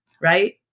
Right